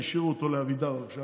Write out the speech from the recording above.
הם השאירו אותו לאבידר עכשיו,